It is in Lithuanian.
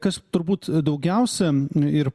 kas turbūt daugiausia ir